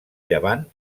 llevant